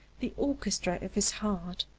the orchestra of his heart,